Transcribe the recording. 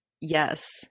Yes